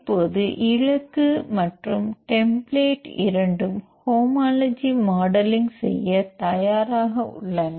இப்போது இலக்கு மற்றும் டெம்பிளேட் இரண்டும் ஹோமோலஜி மாடலிங் செய்ய தயாராக உள்ளன